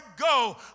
go